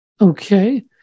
Okay